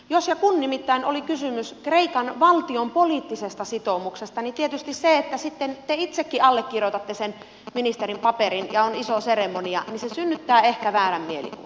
jos ja kun nimittäin oli kysymys kreikan valtion poliittisesta sitoumuksesta niin tietysti se että sitten te itsekin allekirjoitatte sen ministerin paperin ja on iso seremonia synnyttää ehkä väärin mielikuvan